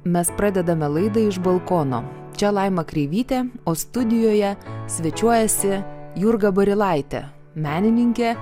mes pradedame laidą iš balkono čia laima kreivytė o studijoje svečiuojasi jurga barilaitė menininkė